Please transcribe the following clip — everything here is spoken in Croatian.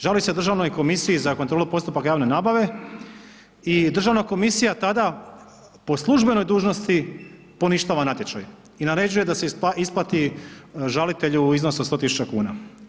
Žali se Državnoj komisiji za kontrolu postupaka javne nabave i državna komisija tada po službenoj dužnosti poništava natječaj i naređuje da se isplatu žalitelju u iznosu od 100 tisuća kuna.